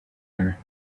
her